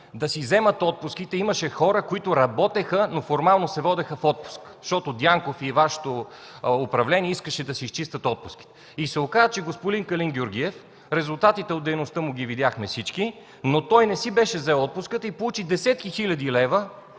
да си вземат отпуските. Имаше хора, които работеха, но формално се водеха в отпуск, защото Дянков и Вашето управление искаше да се изчистят отпуските. Оказа се, че господин Калин Георгиев – резултатите от дейността му ги видяхме всички, не си беше взел отпуската и получи десетки хиляди лева